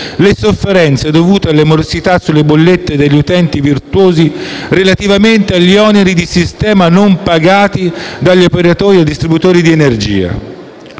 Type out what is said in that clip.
le sofferenze dovute alle morosità sulle bollette degli utenti virtuosi relativamente agli oneri di sistema non pagati dagli operatori e distributori di energia.